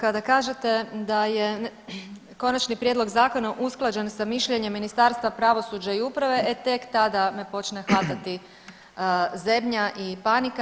Kada kažete da je konačni prijedlog zakona usklađen sa mišljenjem Ministarstva pravosuđa i uprave e tek tada me počne hvatati zebnja i panika.